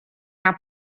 una